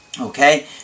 Okay